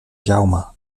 jaume